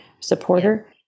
supporter